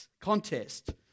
contest